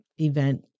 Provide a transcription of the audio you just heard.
event